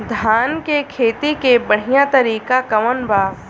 धान के खेती के बढ़ियां तरीका कवन बा?